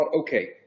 okay